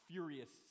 Furious